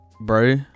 bro